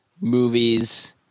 movies